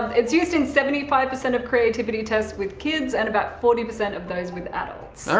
it's used in seventy five percent of creativity tests with kids and about forty percent of those with adults.